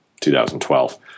2012